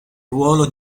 ruolo